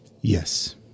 Yes